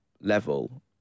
level